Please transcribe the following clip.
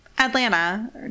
Atlanta